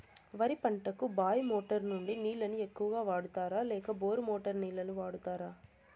వరి పంటకు బాయి మోటారు నుండి నీళ్ళని ఎక్కువగా వాడుతారా లేక బోరు మోటారు నీళ్ళని వాడుతారా?